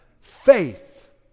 Faith